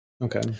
Okay